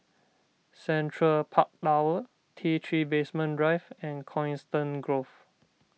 Central Park Tower T three Basement Drive and Coniston Grove